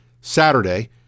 Saturday